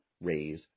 raise